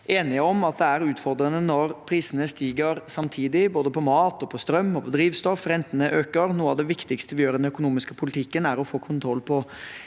enige om at det er utfordrende når prisene stiger samtidig både på mat, på strøm og på drivstoff. Rentene øker. Noe av det viktigste vi gjør i den økonomiske politikken, er å få kontroll på